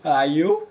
are you